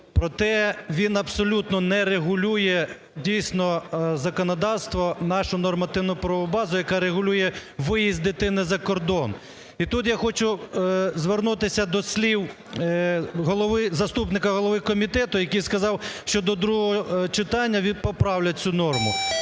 Проте він абсолютно не регулює дійсно законодавство, нашу нормативно-правову базу, яка регулює виїзд дитини за кордон. І тут я хочу звернутися до слів заступника голови комітету, який сказав, що до другого читання він поправить цю норму.